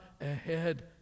ahead